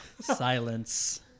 Silence